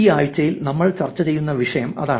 ഈ ആഴ്ചയിൽ നമ്മൾ ചർച്ച ചെയ്യുന്ന വിഷയം അതാണ്